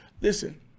Listen